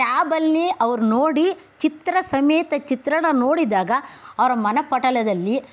ಟ್ಯಾಬಲ್ಲಿ ಅವ್ರು ನೋಡಿ ಚಿತ್ರ ಸಮೇತ ಚಿತ್ರಣ ನೋಡಿದಾಗ ಅವರ ಮನಪಟಲದಲ್ಲಿ